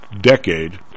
decade